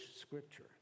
scripture